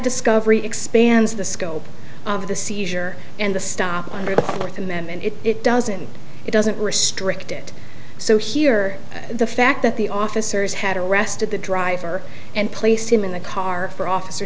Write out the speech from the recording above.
discovery expands the scope of the seizure and the stop under the fourth amendment if it doesn't it doesn't restrict it so here the fact that the officers had arrested the driver and placed him in the car for officer